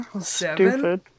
Stupid